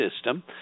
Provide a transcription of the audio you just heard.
system